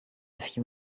few